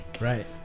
Right